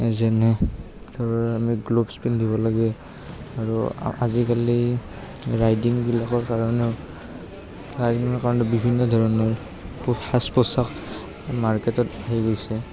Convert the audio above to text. যেনে ধৰ আমি গ্ল'ভছ পিন্ধিব লাগে আৰু আজিকালি ৰাইডিংবিলাকৰ কাৰণেও ৰাইডিঙৰ কাৰণেও বিভিন্ন ধৰণৰ সাজ পোছাক মাৰ্কেটত আহি গৈছে